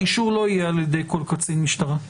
האישור לא יהיה על ידי כל קצין משטרה.